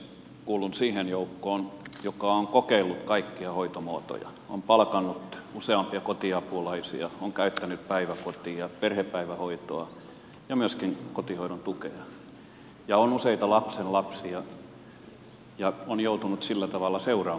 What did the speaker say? kuulun siihen joukkoon joka on kokeillut kaikkia hoitomuotoja on palkannut useampia kotiapulaisia on käyttänyt päiväkotia perhepäivähoitoa ja myöskin kotihoidon tukea ja on useita lapsenlapsia ja on joutunut sillä tavalla seuraamaan tätä tilannetta